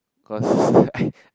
because I